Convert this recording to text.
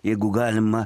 jeigu galima